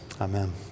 Amen